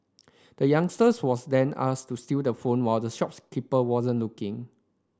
the youngster was then asked to steal the phone while the shopkeeper wasn't looking